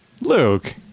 Luke